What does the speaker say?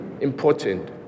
important